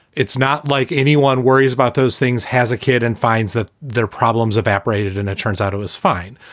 it's not like anyone worries about those things, has a kid and finds that their problems evaporated. and it turns out it was fine.